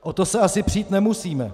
O to se asi přít nemusíme.